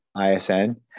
isn